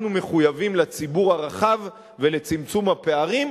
מחויבים לציבור הרחב ולצמצום הפערים,